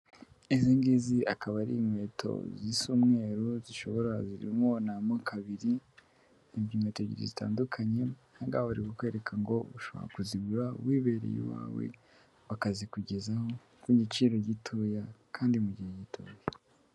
Izingizi akaba ari inkweto zisa umweru zirimo amaoko abiri, ni inkweto ebyeri zitandukanye ahangaha barikukwereka ngo ushobora kuzigura wibereye iwawe bakazikugezaho ku giciro gitoya kandi mu gihe gito.